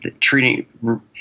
treating